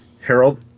Harold